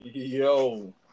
Yo